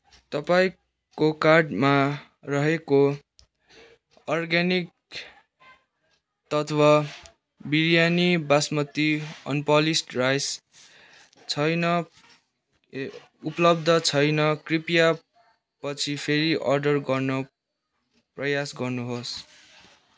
तपाईँको कार्टमा रहेको अर्ग्यानिक तत्त्व बिरयानी बासमती अनपोलिस्ड राइस छैन उपलब्ध छैन कृपया पछि फेरि अर्डर गर्न प्रयास गर्नुहोस्